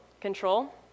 Control